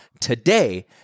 today